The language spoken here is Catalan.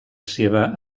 seva